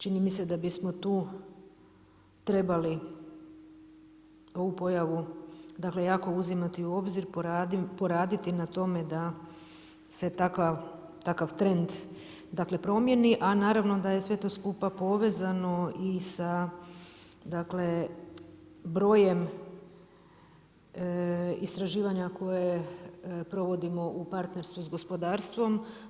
Čini mi se da bismo tu trebali ovu pojavu dakle jako uzimati u obzir, poraditi na tome da se takav trend promijeni, a naravno da je to sve skupa povezano i sa brojem istraživanja koja provodimo u partnerstvu s gospodarstvom.